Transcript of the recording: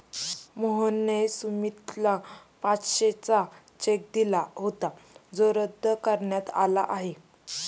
मोहनने सुमितला पाचशेचा चेक दिला होता जो रद्द करण्यात आला आहे